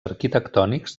arquitectònics